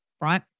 right